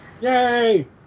Yay